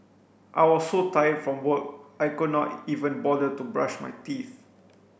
I was so tired from work I could not even bother to brush my teeth